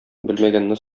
белмәгәнне